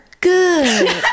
good